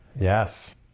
Yes